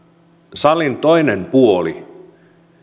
salin toinen puoli